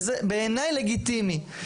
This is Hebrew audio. וזה בעיניי לגיטימי.